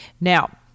Now